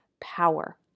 power